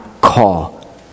call